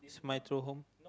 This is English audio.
is my true home